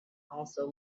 also